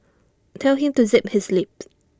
tell him to zip his lips